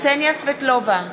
קסניה סבטלובה,